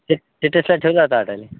तिथं तिथे